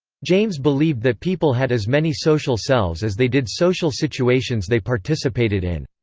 james believed that people had as many social selves as they did social situations they participated in.